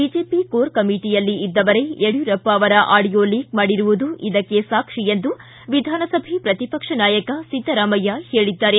BJP core ಕಮಿಟಿಯಲ್ಲಿ ಇದ್ದವರೇ ಯಡಿಯೂರಪ್ಪ ಅವರ ಆಡಿಯೊ ಲೀಕ್ ಮಾಡಿರುವುದು ಇದಕ್ಕೆ ಸಾಕ್ಷಿ ಎಂದು ವಿಧಾನಸಭೆ ಪ್ರತಿಪಕ್ಷ ನಾಯಕ ಸಿದ್ದರಾಮಯ್ಯ ಹೇಳಿದ್ದಾರೆ